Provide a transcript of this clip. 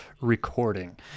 recording